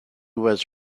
was